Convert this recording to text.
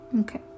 Okay